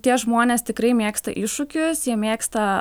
tie žmonės tikrai mėgsta iššūkius jie mėgsta